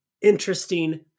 interesting